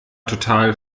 total